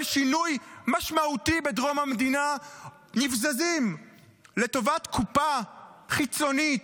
שינוי משמעותי בדרום המדינה נבזזים לטובת קופה חיצונית,